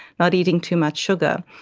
not eating too much sugar,